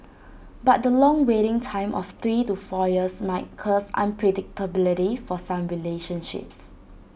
but the long waiting time of three to four years might cause unpredictability for some relationships